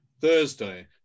Thursday